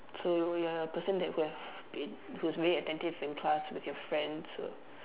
so you are a person that who have been who is very attentive in class with your friends so